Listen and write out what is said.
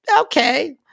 okay